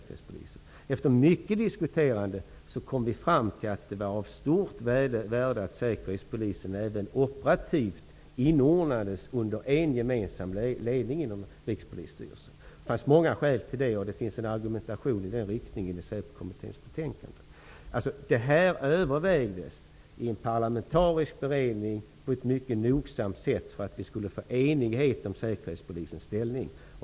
Efter mycket diskuterande kom vi fram till att det var av stort värde att Säkerhetspolisen även operativt inordnades under en gemensam ledning inom Rikspolisstyrelsen. Det fanns många skäl till det, och det finns en argumentation i den riktningen i Det här övervägdes i en parlamentarisk beredning på ett mycket nogsamt sätt, för att vi skulle nå enighet om Säkerhetspolisens ställning.